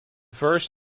first